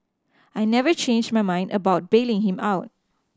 I never changed my mind about bailing him out